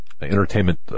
entertainment